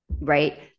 right